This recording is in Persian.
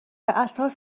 اساس